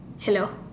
hello